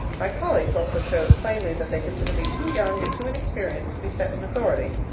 my colleagues also showed plainly that they consider me too young and too inexperienced to be set in authority.